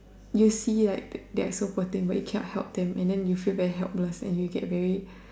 you see like they are so poor thing but you cannot help them and then you feel like very helpless and you get very